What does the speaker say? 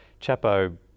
Chapo